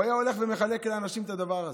הוא היה הולך ומחלק לאנשים את הדבר הזה.